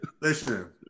Listen